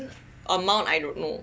amount I don't know